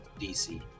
dc